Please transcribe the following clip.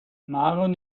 marion